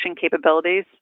capabilities